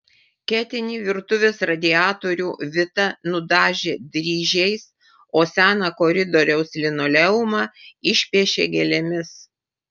ketinį virtuvės radiatorių vita nudažė dryžiais o seną koridoriaus linoleumą išpiešė gėlėmis